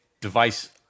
device